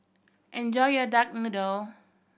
enjoy your duck noodle